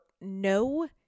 no